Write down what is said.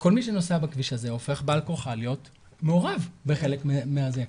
כל מי שנוסע בכביש הזה הופך בעל כורחו להיות מעורב בחלק מזה.